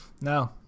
No